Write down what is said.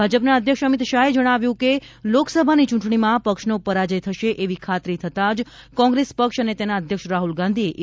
ભાજપના અધ્યક્ષ અમિત શાહે જણાવ્યું છે કે લોકસભાની ચૂંટણીમાં પક્ષનો પરાજય થશે એવી ખાતરી થતાં જ કોંગ્રેસ પક્ષ અને તેના અધ્યક્ષ રાહુલ ગાંધીએ ઇ